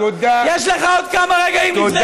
יש לך עוד כמה רגעים לפני שאתה מוסר את נשמתך.